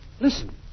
Listen